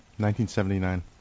1979